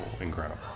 incredible